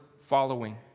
following